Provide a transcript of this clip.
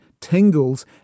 tingles